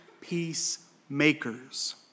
peacemakers